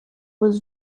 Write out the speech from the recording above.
was